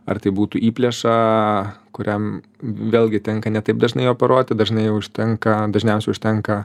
ar tai būtų įplėšą kuriam vėlgi tenka ne taip dažnai operuoti dažnai užtenka dažniausiai užtenka